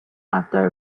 after